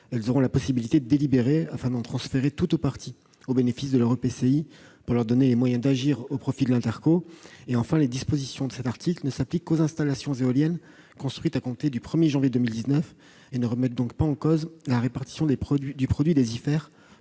elles auront la possibilité de délibérer afin de transférer tout ou partie de cette somme au bénéfice de leur EPCI, afin de lui donner les moyens d'agir. Enfin, les dispositions de cet article ne s'appliquent qu'aux installations éoliennes construites à compter du 1 janvier 2019 et ne remettent donc pas en cause la répartition du produit des IFER